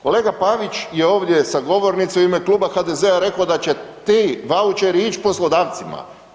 Kolega Pavić je ovdje sa govornice u ime Kluba HDZ-a reko da će ti vaučeri ić poslodavcima.